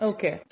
Okay